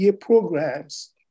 programs